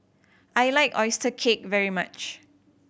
I like oyster cake very much